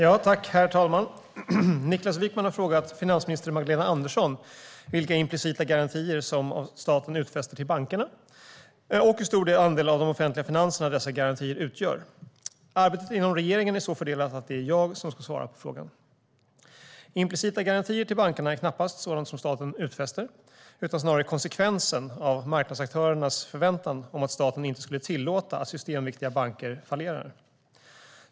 Herr talman! Niklas Wykman har frågat finansminister Magdalena Andersson vilka implicita garantier som staten utfäster till bankerna och hur stor andel av de offentliga finanserna dessa garantier utgör. Arbetet inom regeringen är så fördelat att det är jag som ska svara på frågan. Implicita garantier till bankerna är knappast sådant som staten utfäster utan snarare konsekvensen av marknadsaktörernas förväntan om att staten inte skulle tillåta att systemviktiga banker fallerar.